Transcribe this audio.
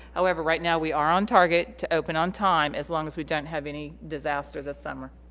however right now we are on target to open on time as long as we don't have any disaster this summer